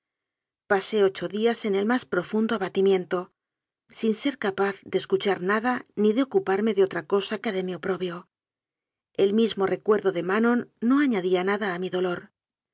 pasé ocho días en el más profundo abatimiento sin ser capaz de es cuchar nada ni de ocuparme de otra cosa que de mi oprobio el mismo recuerdo de manon no aña día nada a mi dolor